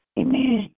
Amen